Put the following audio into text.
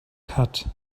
cut